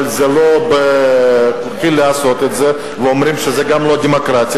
אבל זה לא בכוחי לעשות את זה ואומרים שזה גם לא דמוקרטיה.